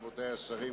רבותי השרים,